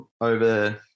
over